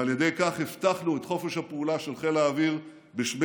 ועל ידי כך הבטחנו את חופש הפעולה של חיל האוויר בשמי